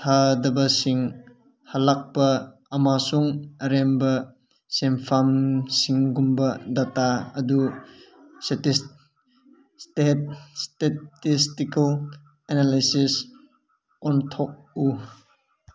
ꯊꯥꯗꯕꯁꯤꯡ ꯍꯜꯂꯛꯄ ꯑꯃꯁꯨꯡ ꯑꯔꯦꯝꯕ ꯁꯦꯟꯐꯝꯁꯤꯡꯒꯨꯝꯕ ꯗꯇꯥ ꯑꯗꯨ ꯏꯁꯇꯦꯇꯤꯀꯦꯜ ꯑꯦꯅꯥꯂꯥꯏꯁꯤꯁ ꯑꯣꯟꯊꯣꯛꯎ